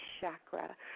chakra